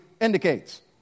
indicates